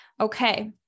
Okay